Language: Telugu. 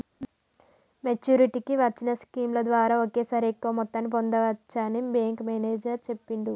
మెచ్చురిటీకి వచ్చిన స్కీముల ద్వారా ఒకేసారి ఎక్కువ మొత్తాన్ని పొందచ్చని బ్యేంకు మేనేజరు చెప్పిండు